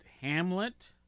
Hamlet